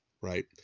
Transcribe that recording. right